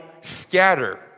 scatter